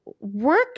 work